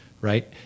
right